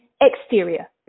exterior